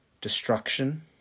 destruction